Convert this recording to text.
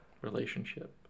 relationship